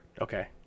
Okay